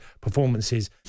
performances